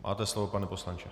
Máte slovo, pane poslanče.